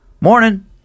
Morning